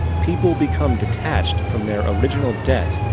people become detached from their original debt.